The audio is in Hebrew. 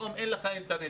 פתאום אין לך אינטרנט.